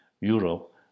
Europe